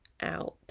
out